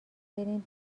بریم